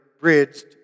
bridged